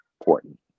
important